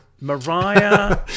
Mariah